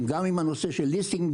השנייה,